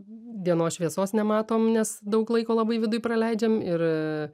dienos šviesos nematom nes daug laiko labai viduj praleidžiam ir